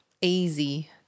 easy